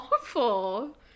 awful